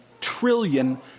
trillion